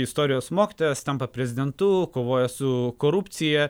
istorijos mokytojas tampa prezidentu kovoja su korupcija